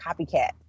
copycat